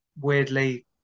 weirdly